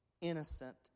innocent